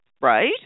right